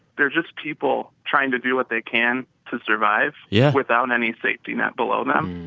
they're just people trying to do what they can to survive. yeah. without any safety net below them.